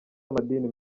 amadini